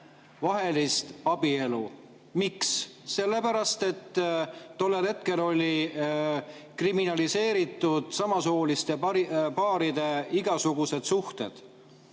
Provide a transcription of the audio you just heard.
vahelist abielu. Miks? Sellepärast, et tollel hetkel olid kriminaliseeritud samasooliste paaride igasugused suhted.